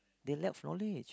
they left for it